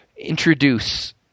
introduce